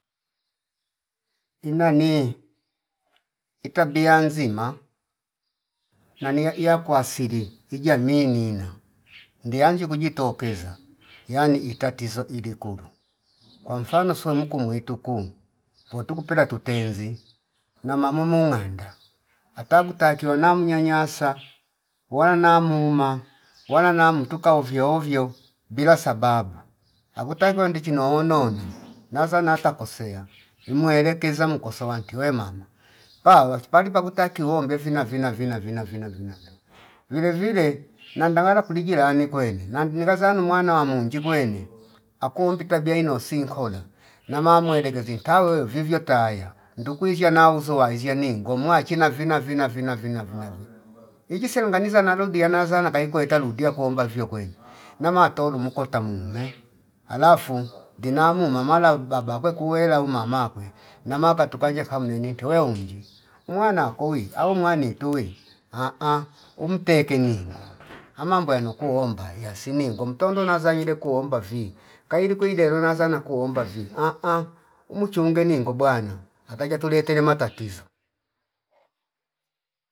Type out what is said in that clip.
Inani itabia nzima naniya iya kwasiri ijami nina ndiyanji kujitokeza yani itatizo ile kulo kwa mfano sonuku muitu kuu go tukupela tutenzi na mamo uunganda ata kutakilo na mnyanyasa wanamuma wananam tuka hovyohovyo bila sababu akuta kuwa ndichi noono nonaq naza nata kosea imwelekeza mkoso wanti wemama babati palu pakuti uwombe vina- vina- vina- vina- vina- vina- vinale vilevile nandala kujilane kwene namghiza zana mwana wa monji kwene akuombi tabia ino sinkola nama mwele kezi nta wewe vifyo taya ndukwisha nauzu waizshiya ningo muwa china vina- vina- vina- vina- vina- vinale ichi selunganisa nalo diyanazana kaikwa eta ludia kuomba vio kwene namatolu mukota mume alafu ndinamu mamala au baba akwe kuwela umama kwe namaka tukanja fa mneni intoweo unji umwana koi au mwani tuwi ahh umtekenyi ngoto amambo yanokuo mbaiya siningo mtondo nazaile kuomba vi kaile kwidele naza na kuomba vii ahh umuchunge ningo bwana akaja tulie tele matatizo